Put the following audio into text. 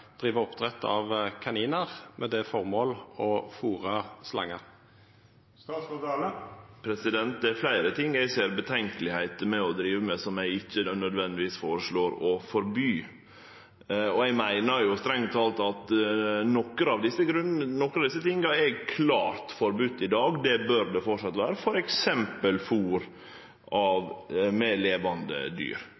driva oppdrett av kaninar med det formål å fôra slangar? Det er fleire ting eg ser som lite tilrådeleg å driva med, som eg ikkje utan vidare føreslår å forby. Eg meiner strengt teke at noko av det som er klart forbode i dag, framleis bør vere det , f.eks. fôr med levande dyr – heilt uakseptabelt, skal ikkje henda, strengt regulert, skal framleis vere det.